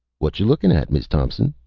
whatcha lookin' at, miz thompson?